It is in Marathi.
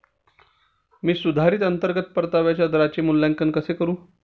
मी सुधारित अंतर्गत परताव्याच्या दराचे मूल्यांकन कसे करू?